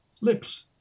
lips